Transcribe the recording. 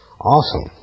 Awesome